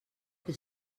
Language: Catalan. que